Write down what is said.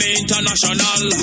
international